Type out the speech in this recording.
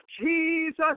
Jesus